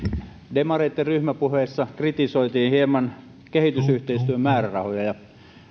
demareitten ryhmäpuheessa kritisoitiin hieman kehitysyhteistyön määrärahoja ja